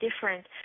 different